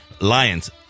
Lions